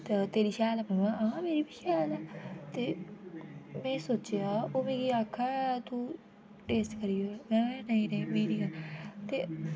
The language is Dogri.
ते तेरी शैल ऐ मैं आक्खेआ आ मेरी बी शैल एह् ते मैं सोचेआ ओह् मी आक्खे तो टेस्ट करी ले मैं आक्खेआ ना मैं नी करना ते